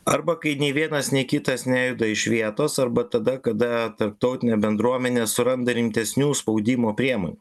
arba kai nei vienas nei kitas nejuda iš vietos arba tada kada tarptautinė bendruomenė suranda rimtesnių spaudimo priemonių